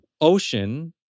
ocean